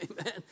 Amen